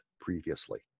previously